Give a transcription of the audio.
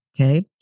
Okay